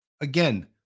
again